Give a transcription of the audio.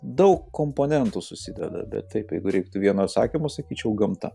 daug komponentų susideda bet taip jeigu reiktų vieno atsakymo sakyčiau gamta